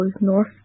north